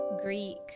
Greek